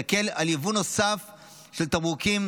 תקל על יבוא נוסף של תמרוקים,